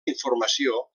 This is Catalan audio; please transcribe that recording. informació